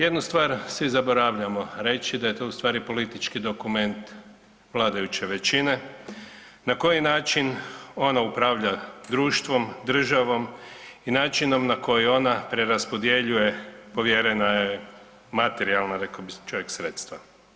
Jednu stvar svi zaboravljamo reći, da je to ustvari politički dokument vladajuće većine na koji način ona upravlja društvom, državom i načinom na koji ona preraspodjeljuje povjerena je, materijalna, rekao bi čovjek, sredstva.